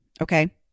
Okay